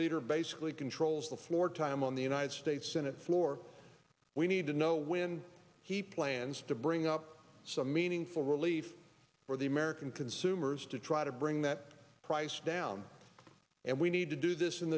leader basically controls the floor time on the united states senate floor we need to know when he plans to bring up some meaningful relief for the american consumers to try to bring that price down and we need to do this